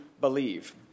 believe